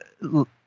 look